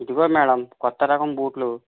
ఇదిగో మేడం కొత్త రకం బూట్లు